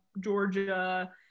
Georgia